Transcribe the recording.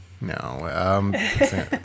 No